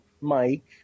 Mike